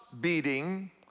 beating